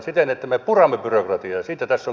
siten että me puramme byrokratiaa